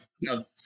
no